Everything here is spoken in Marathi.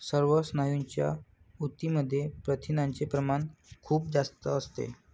सर्व स्नायूंच्या ऊतींमध्ये प्रथिनांचे प्रमाण खूप जास्त असते